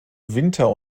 winter